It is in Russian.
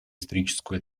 историческую